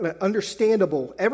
understandable